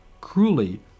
Cruelly